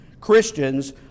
Christians